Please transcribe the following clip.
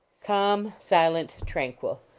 calm silent tranquil.